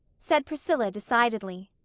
said priscilla, decidedly.